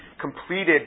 completed